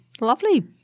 Lovely